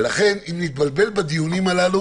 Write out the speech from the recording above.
ולכן אם נתבלבל בדיונים הללו,